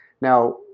Now